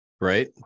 Right